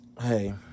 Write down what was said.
hey